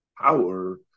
power